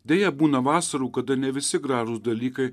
deja būna vasarų kada ne visi gražūs dalykai